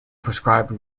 prescribed